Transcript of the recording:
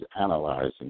analyzing